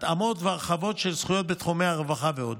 התאמות והרחבות של זכויות בתחומי הרווחה ועוד,